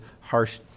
harsh